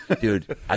Dude